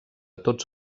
tots